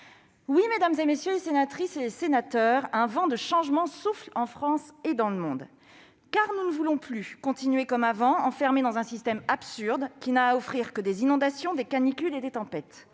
Oui, mesdames les sénatrices, messieurs les sénateurs, un vent de changement souffle en France et dans le monde. Nous ne voulons plus continuer comme avant, enfermés dans un système absurde qui n'a à offrir que des inondations, des canicules et des tempêtes.